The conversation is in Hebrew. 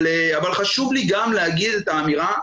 אבל חשוב לי גם להגיד את האמירה,